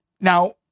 now